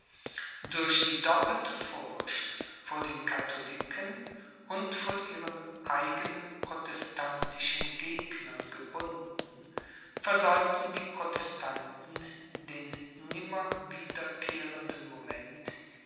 durch die doppelte furcht vor den katholiken und vor ihren eigenen protestantischen gegnern gebunden versäumten die protestanten den nimmer wiederkehrenden moment